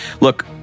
Look